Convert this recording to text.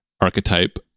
archetype